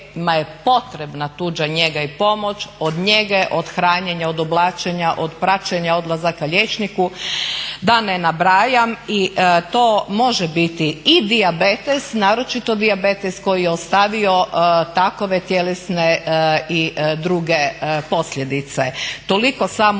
kojima je potrebna tuđa njega i pomoć od njege, od hranjenja, od oblačenja, od praćenja odlazaka liječniku, da ne nabrajam. I to može biti i dijabetes, naročito dijabetes koji je ostavio takove tjelesne i druge posljedice. Toliko samo